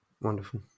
Wonderful